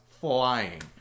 flying